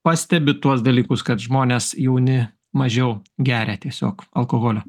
pastebit tuos dalykus kad žmonės jauni mažiau geria tiesiog alkoholio